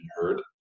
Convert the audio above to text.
heard